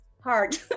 hard